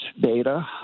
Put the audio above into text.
beta